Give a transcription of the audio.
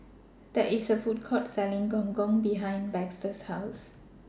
There IS A Food Court Selling Gong Gong behind Baxter's House